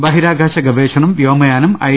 ബഹിരാകാശ ഗവേഷണം വ്യോമയാനം ഐ